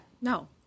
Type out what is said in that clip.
No